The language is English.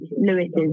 Lewis's